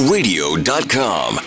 Radio.com